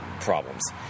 problems